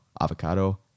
avocado